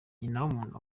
nyinawumuntu